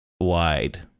wide